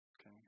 Okay